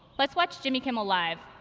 let's watch jimmy kimmel live.